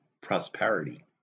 prosperity